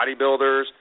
bodybuilders